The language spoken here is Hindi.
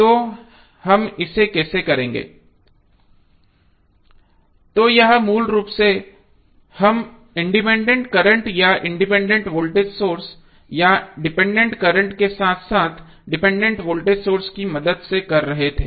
तो यह मूल रूप से हम इंडिपेंडेंट करंट या इंडिपेंडेंट वोल्टेज सोर्स या डिपेंडेंट करंट के साथ साथ डिपेंडेंट वोल्टेज सोर्स की मदद से कर रहे थे